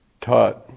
taught